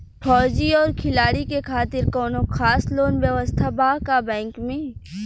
फौजी और खिलाड़ी के खातिर कौनो खास लोन व्यवस्था बा का बैंक में?